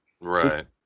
right